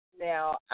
Now